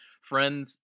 Friends